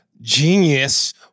Genius